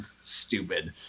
stupid